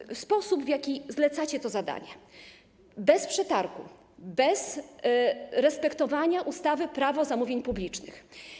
Chodzi o sposób, w jaki zlecacie to zadanie: bez przetargu, bez respektowania ustawy - Prawo zamówień publicznych.